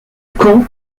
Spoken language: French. camp